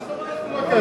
מה זאת אומרת לא לוקח?